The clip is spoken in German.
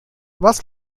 was